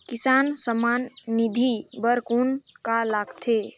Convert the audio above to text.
किसान सम्मान निधि बर कौन का लगथे?